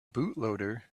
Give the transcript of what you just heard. bootloader